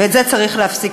ואת זה צריך להפסיק.